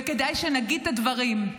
וכדאי שנגיד את הדברים: